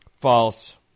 False